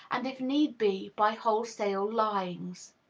and, if need be, by wholesale lyings.